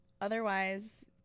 otherwise